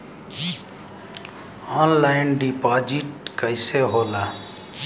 Online deposit कैसे होला?